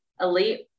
elite